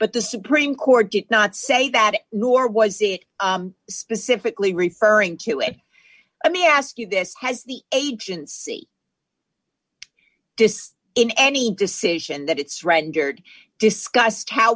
but the supreme court did not say that nor was it specifically referring to it i me ask you this has the agency this in any decision that it's rendered discussed how